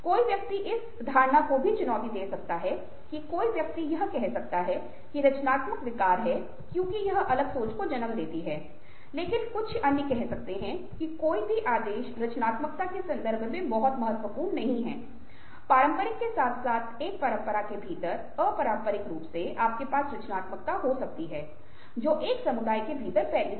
कोई व्यक्ति इस धारणा को भी चुनौती दे सकता है कि कोई व्यक्ति यह कह सकता है कि रचनात्मक विकार है क्योंकि यह अलग सोच को जन्म देता है लेकिन कुछ अन्य कह सकते हैं कि कोई भी आदेश रचनात्मकता के संदर्भ में बहुत महत्वपूर्ण नहीं है पारंपरिक के साथ साथ एक परंपरा के भीतर अपारंपरिक रूप से आपके पास रचनात्मकता हो सकती है जो एक समुदाय के भीतर फैली हुई है